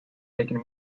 taken